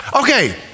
Okay